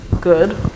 good